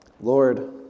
Lord